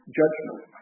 judgment